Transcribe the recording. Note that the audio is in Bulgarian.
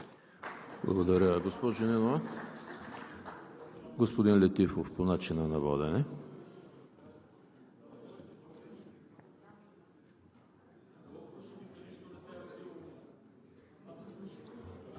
Благодаря, госпожо Нинова. Господин Летифов, по начина на водене. ХАЛИЛ